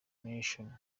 nation